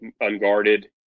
unguarded